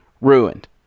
ruined